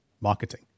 marketing